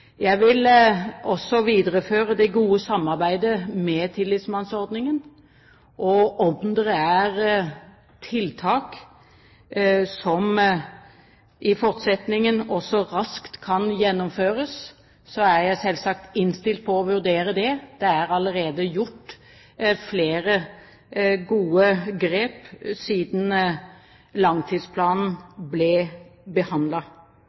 Jeg vil også videreføre det gode samarbeidet med Tillitsmannsordningen. Og om det er tiltak som i fortsettelsen raskt kan gjennomføres, er jeg selvsagt innstilt på å vurdere det. Det er allerede tatt flere gode grep siden langtidsplanen